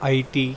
IT